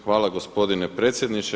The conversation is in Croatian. Hvala gospodine predsjedniče.